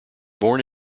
born